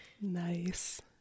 Nice